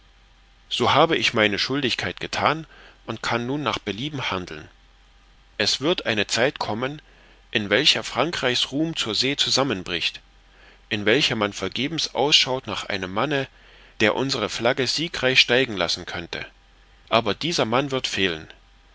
so habe ich meine schuldigkeit gethan und kann nun nach belieben handeln es wird eine zeit kommen in welcher frankreich's ruhm zur see zusammenbricht in welcher man vergebens ausschaut nach einem manne der unsere flagge siegreich steigen lassen könnte aber dieser mann wird fehlen